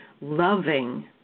loving